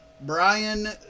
Brian